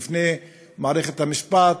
בפני מערכת המשפט,